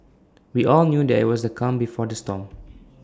we all knew that IT was the calm before the storm